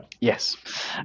Yes